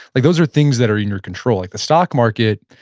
like those are things that are in your control. like the stock market,